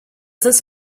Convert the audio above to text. this